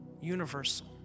universal